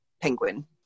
penguin